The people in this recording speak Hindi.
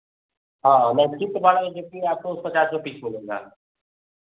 हाँ भा यह देखिए आपको पचास रुपये पीस मिलेगा